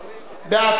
התשע"א 2011, נתקבלה.